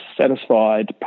satisfied